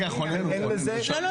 לא,